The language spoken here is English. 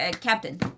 Captain